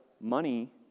Money